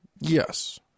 yes